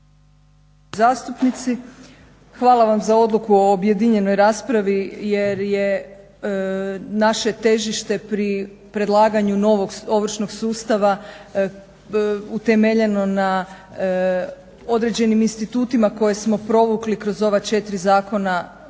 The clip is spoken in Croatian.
Hvala vam za odluku o objedinjenoj raspravi jer je naše težište pri predlaganju novog ovršnog sustava utemeljeno na određenim institutima koje smo provukli kroz ova četiri zakona koja